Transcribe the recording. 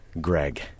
Greg